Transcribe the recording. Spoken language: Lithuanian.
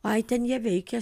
ai ten jie veikia